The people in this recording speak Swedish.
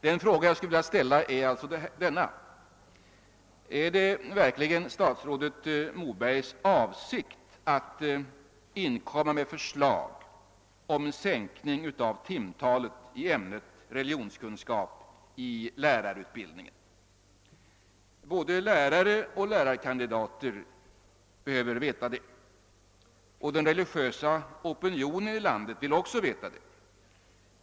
Den fråga jag skulle vilja ställa är: Är det verkligen statsrådet Mobergs avsikt att framlägga förslag om sänkning av timtalet i ämnet religionskunskap i lärarutbildningen? Både lärare och lärarkandidater behöver veta det, och den religiösa opinionen i landet vill också veta det.